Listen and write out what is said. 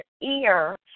ear